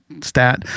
stat